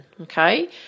okay